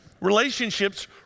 Relationships